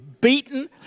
beaten